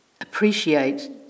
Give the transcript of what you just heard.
appreciate